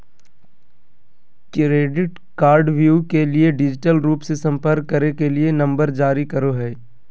credit कार्डव्यू के लिए डिजिटल रूप से संपर्क करे के लिए नंबर जारी करो हइ